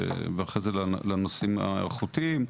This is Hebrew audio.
ואחרי זה לנושאים ההיערכותיים.